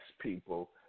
people